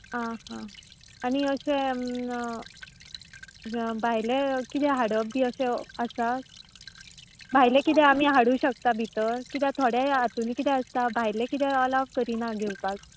आ हा आनी अशें भायलें किदें हाडप बी अशें आसा भायलें किदें आमी हाडूं शकता भितर किद्या थोडे हातुनी किदें आसता भायलें किदें अलाव करिना घेवपाक